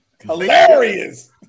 Hilarious